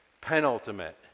penultimate